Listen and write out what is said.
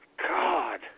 God